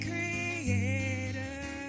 Creator